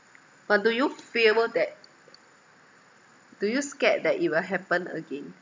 but do you fear that do you scared that it will happen again